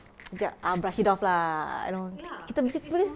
jap ah brush it off lah you know kita makes way